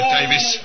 Davis